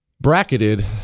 bracketed